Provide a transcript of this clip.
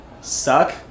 suck